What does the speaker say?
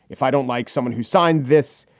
if i don't like someone who signed this,